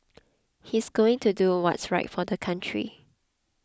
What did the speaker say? he's going to do what's right for the country